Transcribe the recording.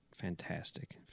fantastic